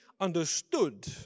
understood